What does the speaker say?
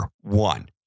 One